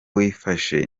wifashe